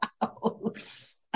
house